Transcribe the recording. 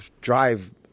drive